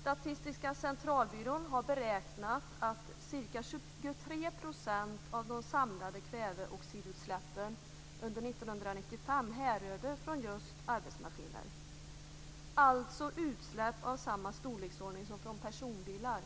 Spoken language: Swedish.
Statistiska centralbyrån har beräknat att ca 23 % av de samlade kväveoxidutsläppen under 1995 härrörde från just arbetsmaskiner, alltså utsläpp av samma storleksordning som från personbilar.